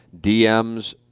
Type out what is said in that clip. DMs